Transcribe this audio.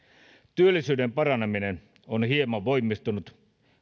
työllisyyden paraneminen on hieman voimistunut